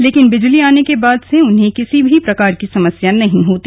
लेकिन बिजली आने के बाद से उन्हें किसी भी प्रकार की समस्या नहीं होती